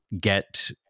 get